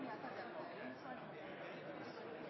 Jeg tar